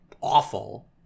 awful